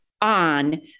on